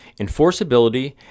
enforceability